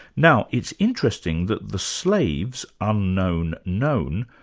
now it's interesting that the slave's unknown known,